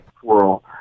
swirl